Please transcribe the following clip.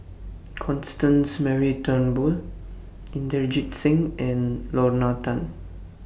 Constance Mary Turnbull Inderjit Singh and Lorna Tan